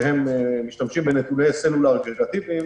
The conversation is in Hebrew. שהם משתמשים בנתוני סלולר אגרגטיביים,